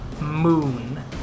moon